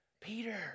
Peter